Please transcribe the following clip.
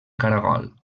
caragol